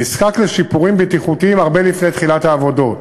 נזקק לשיפורים בטיחותיים הרבה לפני תחילת העבודות,